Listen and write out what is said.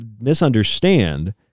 misunderstand